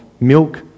milk